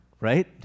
right